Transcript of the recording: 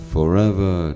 Forever